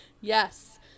Yes